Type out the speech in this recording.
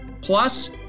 plus